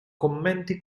commenti